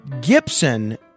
Gibson